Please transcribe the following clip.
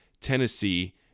Tennessee